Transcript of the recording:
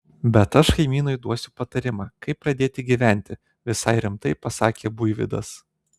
bet aš kaimynui duosiu patarimą kaip pradėti gyventi visai rimtai pasakė buivydas